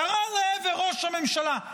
קרא לעבר ראש הממשלה.